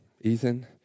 Ethan